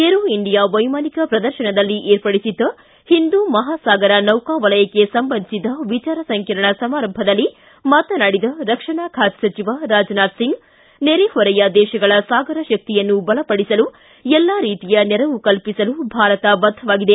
aero India ವೈಮಾನಿಕ ಪ್ರದರ್ಶನದಲ್ಲಿ ಏರ್ಪಡಿಸಿದ್ದ ಹಿಂದೂ ಮಹಾಸಾಗರ ನೌಕಾ ವಲಯಕ್ಕೆ ಸಂಬಂಧಿಸಿದ ವಿಚಾರ ಸಂಕಿರಣ ಸಮಾರಂಭದಲ್ಲಿ ಮಾತನಾಡಿದ ರಕ್ಷಣಾ ಖಾತೆ ಸಚಿವ ರಾಜನಾಥ್ ಸಿಂಗ್ ನೆರೆಹೊರೆಯ ದೇಶಗಳ ಸಾಗರ ಶಕ್ತಿಯನ್ನು ಬಲಪಡಿಸಲು ಎಲ್ಲಾ ರೀತಿಯ ನೆರವು ಕಲ್ಪಿಸಲು ಭಾರತ ಬದ್ಧವಾಗಿದೆ